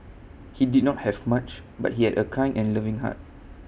he did not have much but he had A kind and loving heart